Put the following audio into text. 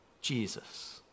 Jesus